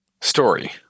Story